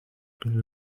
been